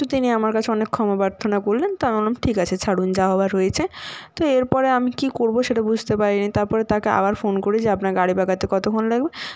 তো তিনি আমার কাছে অনেক ক্ষমা প্রার্থনা করলেন তো আমি বললাম ঠিক আছে ছাড়ুন যা হবার হয়েছে তো এরপরে আমি কী করব সেটা বুঝতে পারিনি তারপরে তাকে আবার ফোন করি যে আপনার গাড়ি রিপেয়ার করতে কতক্ষণ লাগবে